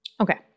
Okay